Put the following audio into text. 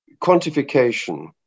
quantification